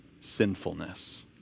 sinfulness